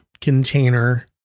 container